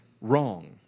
wrong